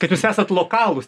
kad jūs esat lokalūs